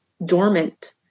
dormant